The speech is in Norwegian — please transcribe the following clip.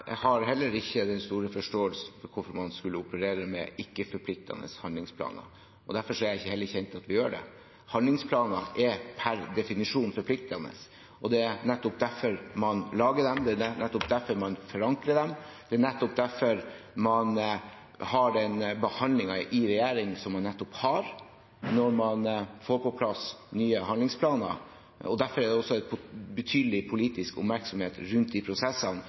Jeg har heller ikke den store forståelsen for hvorfor man skulle operere med ikke-forpliktende handlingsplaner, derfor er jeg heller ikke kjent med at vi gjør det. Handlingsplaner er per definisjon forpliktende. Det er nettopp derfor man lager dem, det er nettopp derfor man forankrer dem, det er nettopp derfor man har den behandlingen i regjering som man nettopp har, når man får på plass nye handlingsplaner. Derfor er det også betydelig politisk oppmerksomhet rundt disse prosessene